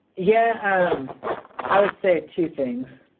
yeah um i would say two things.